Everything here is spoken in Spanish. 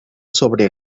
sobre